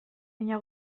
baina